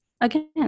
again